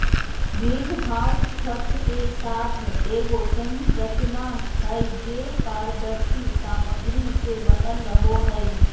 green house छत के साथ एगो संरचना हइ, जे पारदर्शी सामग्री से बनल रहो हइ